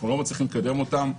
אנחנו לא מצליחים לקדם אותם.